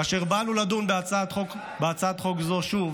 כאשר באנו לדון בהצעת חוק זו שוב,